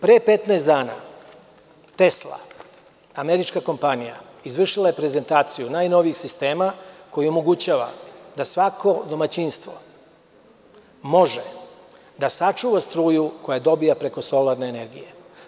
Pre 15 dana „Tesla“, američka kompanija, izvršila je prezentaciju najnovijih sistema koji omogućavaju da svako domaćinstvo može da sačuva struju koju dobija preko solarne energije.